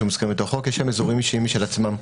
--- את החוק יש אזורים אישיים משל עצמם.